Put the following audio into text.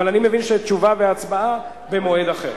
אבל אני מבין שתשובה והצבעה במועד אחר.